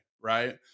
right